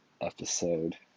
episode